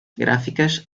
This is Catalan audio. gràfiques